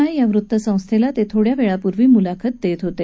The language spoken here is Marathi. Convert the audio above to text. आय या वृत्तसंस्थेला ते थोड्या वेळापूर्वी मुलाखत देत होते